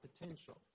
potential